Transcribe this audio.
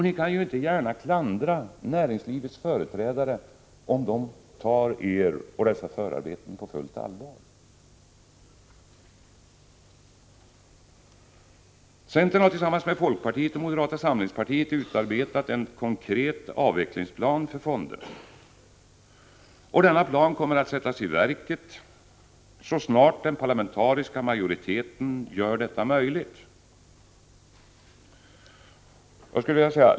Ni kan inte gärna klandra näringslivets företrädare om de tar er och dessa förarbeten på fullt allvar. Centern har tillsammans med folkpartiet och moderata samlingspartiet utarbetat en konkret avvecklingsplan för fonderna. Och denna plan kommer att sättas i verket så snart den parlamentariska majoriteten gör detta möjligt.